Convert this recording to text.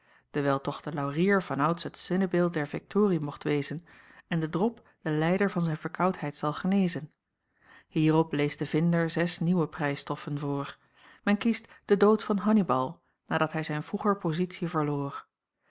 dewijl toch de laurier vanouds het zinnebeeld der viktorie mocht wezen en de drop den lijder van zijn verkoudheid zal genezen hierop leest de vinder zes nieuwe prijsstoffen voor men kiest den dood van hannibal nadat hij zijn vroeger pozitie verloor